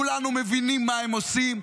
כולנו מבינים מה הם עושים.